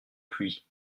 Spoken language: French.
pluie